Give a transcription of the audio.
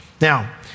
Now